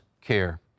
care